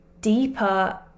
deeper